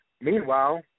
Meanwhile